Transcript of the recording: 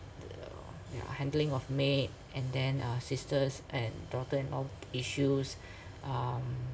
the ya handling of maid and then uh sisters and daughter in-law issues um